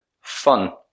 Fun